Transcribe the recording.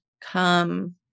come